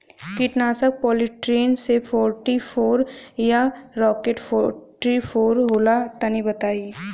कीटनाशक Polytrin C forty four या rocket forty four होला तनि बताई?